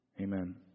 Amen